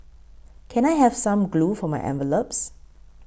can I have some glue for my envelopes